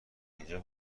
اینجا